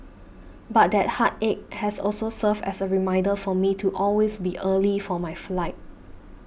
but that heartache has also served as a reminder for me to always be early for my flight